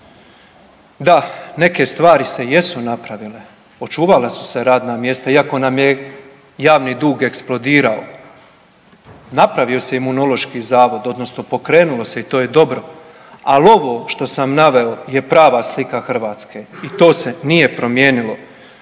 Da, neke stvari se jesu napravile. Očuvala su se radna mjesta, iako nam je javni dug eksplodirao, napravio se Imunološki zavod, odnosno pokrenulo se i to je dobro, ali ovo što sam naveo je prava slika Hrvatske i to se nije promijenilo.